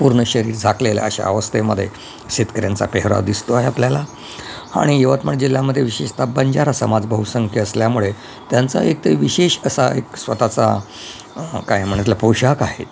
पूर्ण शरीर झाकलेल्या अशा अवस्थेमध्ये शेतकऱ्यांचा पेहराव दिसतो आहे आपल्याला आणि यवतमाळ जिल्ह्यामध्ये विशेषतः बंजारा समाज बहुसंख्य असल्यामुळे त्यांचा एक ते विशेष असा एक स्वतःचा काय म्हटलं पोशाख आहेत